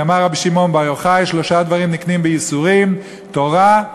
כי אמר רבי שמעון בר יוחאי: שלושה דברים נקנים בייסורים: תורה,